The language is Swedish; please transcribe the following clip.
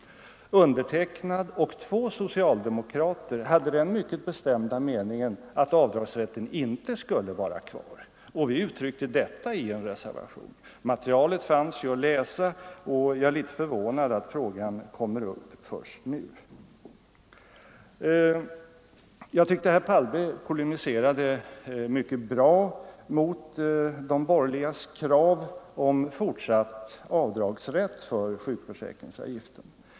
Jag själv och två socialdemokrater hade den mycket bestämda meningen att avdragsrätten inte skulle vara kvar, och vi uttryckte denna mening i en reservation. Materialet finns ju att läsa, och jag är litet förvånad över att frågan kommer upp först nu. Jag tyckte att herr Palme polemiserade mycket bra mot de borgerligas krav på fortsatt avdragsrätt för sjukförsäkringsavgiften.